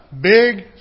Big